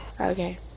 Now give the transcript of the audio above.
Okay